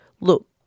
look